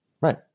Right